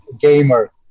gamer